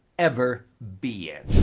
ever be in.